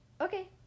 Okay